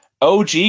OG